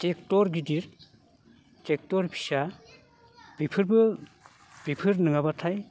tractor गिदिर tractor फिसा बेफोरबो बेफोर नङाब्लाथाय